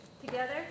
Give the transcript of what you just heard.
together